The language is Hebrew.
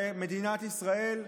במדינת ישראל,